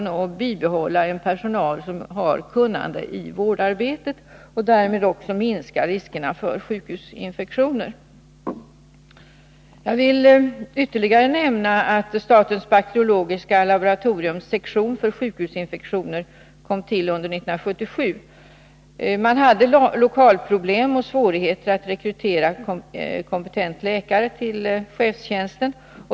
Jag tror att man därigenom kan behålla personal som har kunnande i vårdarbetet och därmed också minska riskerna för sjukhusinfektioner. Jag vill ytterligare nämna att statens bakteriologiska laboratoriums sektion för sjukhusinfektioner tillkom under år 1977. Man hade lokalproblem och svårigheter att rekrytera en kompetent läkare till chefstjänsten.